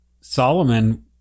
Solomon